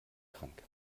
krank